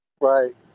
Right